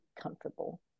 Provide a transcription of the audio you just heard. comfortable